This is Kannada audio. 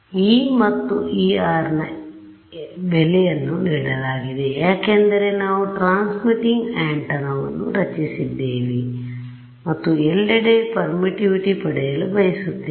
E ಮತ್ತು r ನ ಬೆಲೆಯನ್ನು ನೀಡಲಾಗಿದೆ ಯಾಕೆಂದರೆ ನಾವು ಟ್ರಾನ್ಸ್ಮಿಟಿಂಗ್ ಅಂಟನಾ ವನ್ನು ರಚಿಸಿದ್ದೇವೆ ಮತ್ತು ಎಲ್ಲೆಡೆ ಪರ್ಮಿಟಿವಿಟಿ ಪಡೆಯಲು ಬಯಸುತ್ತೇವೆ